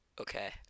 Okay